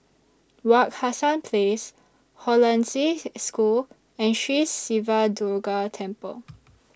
Wak Hassan Place Hollandse School and Sri Siva Durga Temple